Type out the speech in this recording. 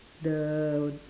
the